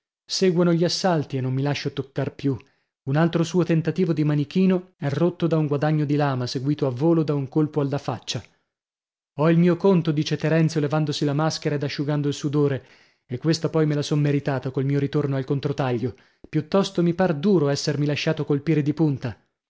seguono gli assalti e non mi lascio toccar più un altro suo tentativo di manichino è rotto da un guadagno di lama seguito a volo da un colpo alla faccia ho il mio conto dice terenzio levandosi la maschera ed asciugando il sudore e questa poi me la son meritata col mio ritorno al controtaglio piuttosto mi par duro essermi lasciato colpire di punta